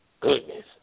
Goodness